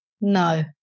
no